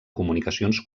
comunicacions